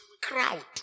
crowd